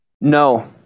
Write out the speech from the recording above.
No